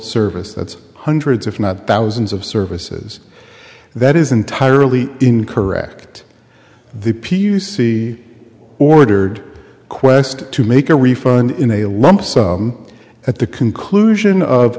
service that's hundreds if not thousands of services that is entirely incorrect the p u c ordered quest to make a refund in a lump sum at the conclusion of